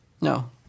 No